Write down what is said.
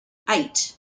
eight